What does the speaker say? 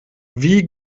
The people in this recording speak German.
wie